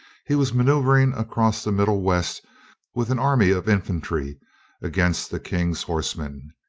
he was maneuvering across the middle west with an army of infantry against the king's horsemen.